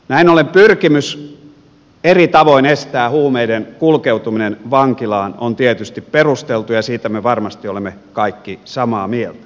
näin ollen pyrkimys eri tavoin estää huumeiden kulkeutuminen vankilaan on tietysti perusteltua ja siitä me varmasti olemme kaikki samaa mieltä